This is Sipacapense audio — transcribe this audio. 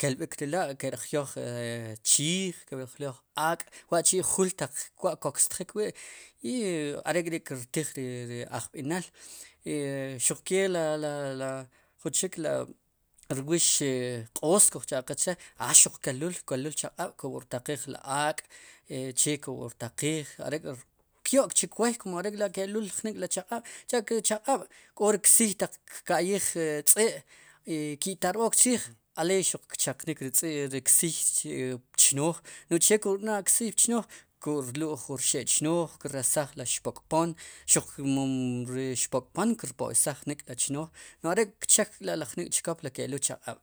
kelb'ik ri la' ki'rjyoj chiij ki rjyoj ak'wa'chi' kul wa'kokstjik wi' i are'k'ri' kirtij ri ajb'inel i xuq ke ri jun chik li, la jun rwix q'oos kujcha' qe che' a xuq keluul ko'rtaqiij ri ak' che kob'ertaqiij are'kyo'k chuk woy kum are'k'la' ke'luul jnik'ri chaq'ab' sicha'ke chaq'ab' k'o ri ksiy taq kka'yij tz'i' ki'tarb'ook chriij aleey xuq kchaqnik ri tz'i' ri ksiy pchnooj che ku'rb'na' ri ksiy pchnooj ku'rlu'j wu xe' chnooj ke'resaj wu xpok'pom, jmom xpok'pom kirpo'isaj jnik'chnooj are' kchek k'la'jnik' chokop k'eluul chaq'aab'.